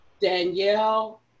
Danielle